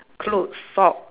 clothes sock